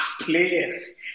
players